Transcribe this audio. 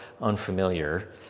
unfamiliar